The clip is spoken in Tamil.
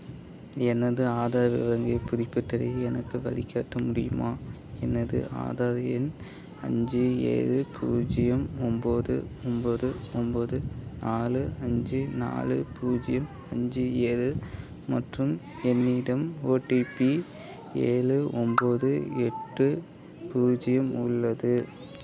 எனது ஆதார் எண்ணைப் புதுப்பித்தலை எனக்கு வழிகாட்ட முடியுமா எனது ஆதார் எண் அஞ்சு ஏழு பூஜ்ஜியம் ஒம்பது ஒம்பது ஒம்பது நாலு அஞ்சு நாலு பூஜ்ஜியம் அஞ்சு ஏழு மற்றும் என்னிடம் ஓடிபி ஏழு ஒம்பது எட்டு பூஜ்ஜியம் உள்ளது